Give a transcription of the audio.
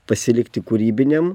pasilikti kūrybiniam